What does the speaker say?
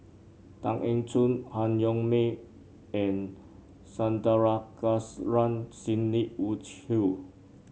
Tan Eng Joo Han Yong May and Sandrasegaran Sidney Woodhull